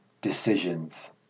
decisions